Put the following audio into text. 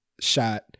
shot